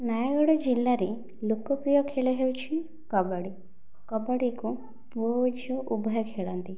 ନୟାଗଡ଼ ଜିଲ୍ଲାରେ ଲୋକ ପ୍ରିୟ ଖେଳ ହେଉଛି କବାଡ଼ି କବାଡ଼ିକୁ ପୁଅ ଓ ଝିଅ ଉଭୟ ଖେଳନ୍ତି